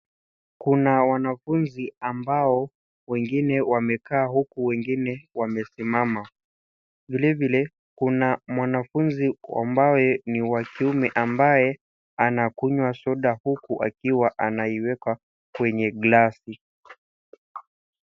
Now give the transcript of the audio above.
Kuna wanafunzi ambao wengine wamekaa huku wengine wamesimama. Vile vile kuna mwanafunzi ambaye ni wa kiume ambaye anakunywa soda huku akiwa anaiweka kwenye glasi.